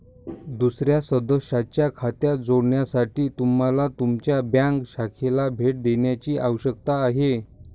दुसर्या सदस्याच्या खात्यात जोडण्यासाठी तुम्हाला तुमच्या बँक शाखेला भेट देण्याची आवश्यकता आहे